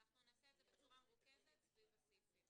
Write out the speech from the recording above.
נעשה את זה בצורה מרוכזת סביב הסעיפים.